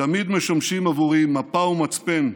תמיד משמשים עבורי מפה ומצפן,